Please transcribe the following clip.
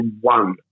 one